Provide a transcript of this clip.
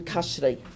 Custody